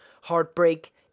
heartbreak